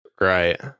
Right